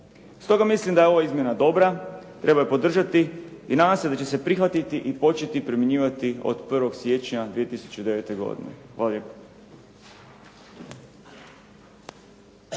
Stoga mislim da je ova izmjena dobra, treba je podržati i nadam se da će se prihvatiti i početi primjenjivati od 1. siječnja 2009. godine. Hvala lijepo.